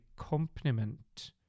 accompaniment